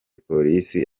polisi